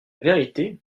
vérité